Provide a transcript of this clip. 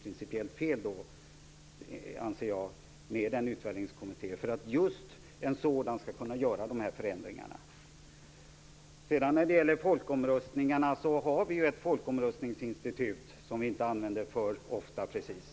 Just en sådan utvärderingskommitté skall kunna göra dessa förändringar. Vi har ju ett folkomröstningsinstitut som vi inte använder alltför ofta precis.